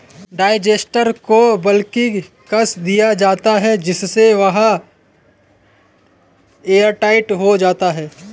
digester को बिल्कुल कस दिया जाता है जिससे वह एयरटाइट हो जाता है